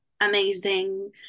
amazing